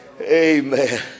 Amen